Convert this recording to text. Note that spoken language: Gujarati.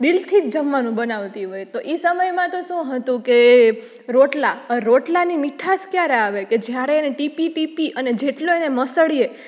દિલથી જ જમવાનું બનાવતી હોય તો ઈ સમયમાં તો શું હતું કે રોટલા રોટલાની મીઠાસ ક્યારે આવે કે જ્યારે એને ટીપી ટીપી અને જેટલો એને મસળીએ